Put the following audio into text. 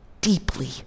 deeply